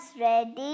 ready